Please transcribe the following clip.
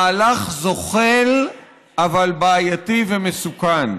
מהלך זוחל אבל בעייתי ומסוכן.